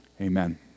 amen